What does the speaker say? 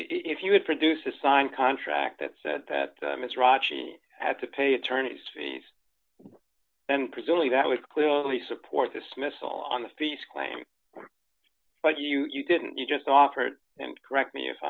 if you would produce a signed contract that said that ms rauch had to pay attorney's fees and presumably that would clearly support this miss on the fees claim but you didn't you just offered and correct me if